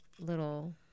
little